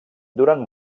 durant